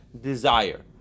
desire